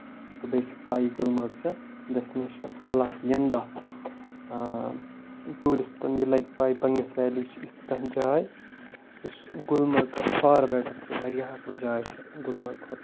تہٕ بیٚیہِ چھُ پَے گُلمَرٕگ چھُ ڈیسٹِنیشن حالنٛکہِ یِم دۄہ ٹیٚوٗرِسٹن یہِ لگہِ پاے بنگس ویلی چھےٚ یِژھ کانٛہہ جاے یُس گُلمَرگ کھۄتہٕ فار بیٹر چھِ واریاہ اَصٕل جاے چھِ گُلمَرٕگ کھۄتہٕ